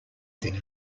thing